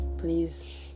please